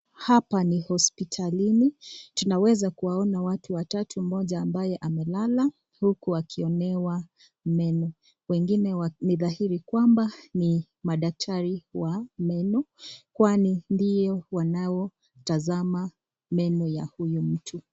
Hapa ni hospitalini, tunaweza kuona watu watatu, mmoja mabaye amelala huku akionewa meno. Wengine ni dhahiri kwamba ni madaktari wa meno kwani ndio wanaotazama meno ya huyu mtu.